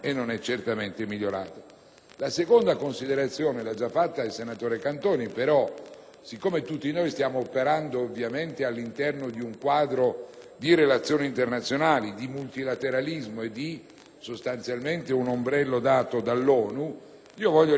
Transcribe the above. una seconda considerazione, peraltro già svolta dal senatore Cantoni. Siccome tutti noi stiamo operando ovviamente all'interno di un quadro di relazioni internazionali, di multilateralismo, sostanzialmente sotto un ombrello dato dall'ONU, voglio confermare che nel